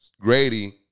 Grady